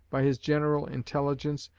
by his general intelligence,